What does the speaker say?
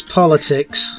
politics